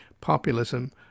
populism